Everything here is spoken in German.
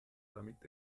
damit